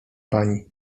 pani